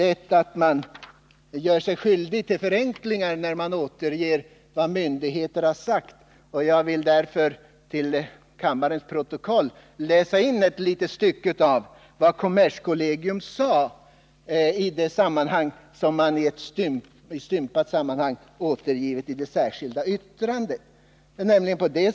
Man gör sig lätt skyldig till förenklingar, när man återger vad myndigheter har sagt. Jag vill därför till kammarens protokoll läsa in ett litet stycke av vad kommerskollegium sade beträffande det som i stympat sammanhang återges i det särskilda yttrandet.